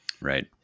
Right